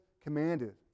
commanded